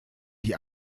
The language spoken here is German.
die